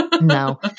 No